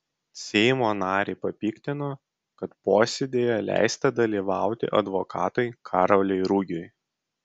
seimo narį papiktino kad posėdyje leista dalyvauti advokatui karoliui rugiui